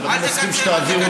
נהנים לשמוע אותך.